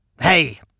Hey